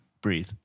Breathe